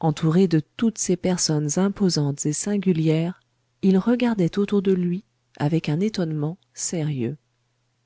entouré de toutes ces personnes imposantes et singulières il regardait autour de lui avec un étonnement sérieux